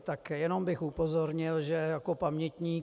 Tak jenom bych upozornil, že jako pamětník...